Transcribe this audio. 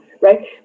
right